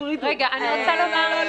רגע, אני רוצה לומר לך, שנייה.